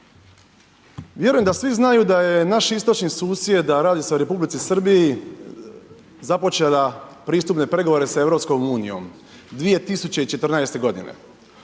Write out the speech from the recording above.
Vjerujem da svi znaju da je naš istočni susjed, a radi se o Republici Srbiji započela pristupne pregovore sa EU 2014. godine.